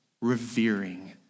revering